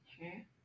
Okay